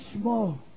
small